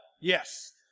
yes